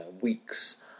weeks